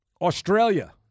australia